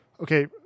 okay